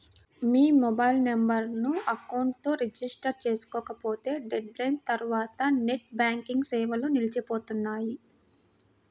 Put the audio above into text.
మీ mobile నెంబర్ను account తో register చేసుకోకపోతే డెడ్ లైన్ తర్వాత నెట్ బ్యాంకింగ్ సేవలు నిలిచిపోనున్నాయి